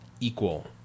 equal